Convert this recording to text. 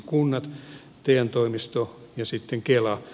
kunnat te toimisto ja sitten kela